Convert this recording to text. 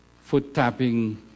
foot-tapping